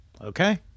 okay